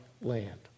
land